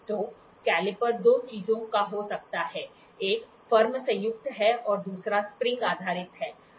तो कैलीपर दो चीजों का हो सकता है एक फर्म संयुक्त है और दूसरा स्प्रिंग आधारित है